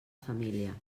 família